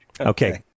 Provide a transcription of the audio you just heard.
Okay